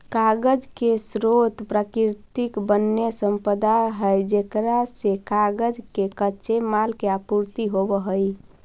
कागज के स्रोत प्राकृतिक वन्यसम्पदा है जेकरा से कागज के कच्चे माल के आपूर्ति होवऽ हई